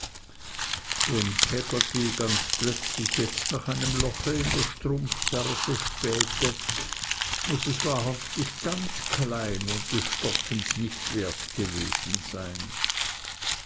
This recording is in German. wenn peggotty ganz plötzlich jetzt nach einem loche in der strumpfferse spähte muß es wahrhaftig ganz klein und des stopfens nicht wert gewesen sein